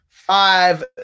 five